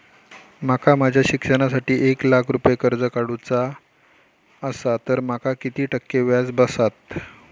माका माझ्या शिक्षणासाठी एक लाख रुपये कर्ज काढू चा असा तर माका किती टक्के व्याज बसात?